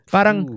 Parang